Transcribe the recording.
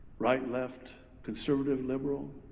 right, left, conservative, liberal,